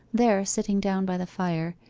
there sitting down by the fire,